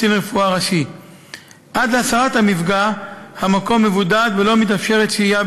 רק לצורך התיקון בפרוטוקול, השאילתה היא מס'